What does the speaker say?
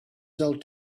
sell